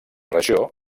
regió